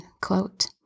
quote